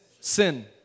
Sin